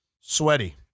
sweaty